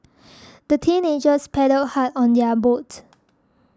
the teenagers paddled hard on their boat